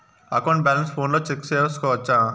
account balance ఫోనులో check సేసుకోవచ్చా